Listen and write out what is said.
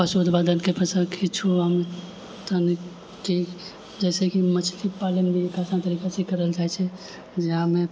पशु उत्पादकके फसल किछु हम तऽ नहि जइसेकि मछली पालन एक आसान तरीका स करल जाइ छै जाइमे